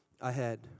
ahead